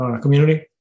community